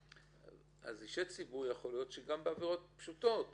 אז יכול להיות שגם בעבירות פשוטות